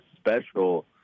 special